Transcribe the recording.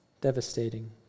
devastating